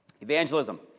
Evangelism